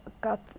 got